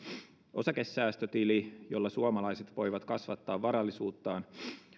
osakesäästötili jolla suomalaiset voivat kasvattaa varallisuuttaan